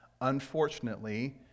Unfortunately